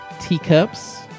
teacups